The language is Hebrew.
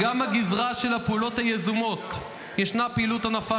גם בגזרה של הפעולות היזומות ישנה פעילות ענפה